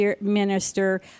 minister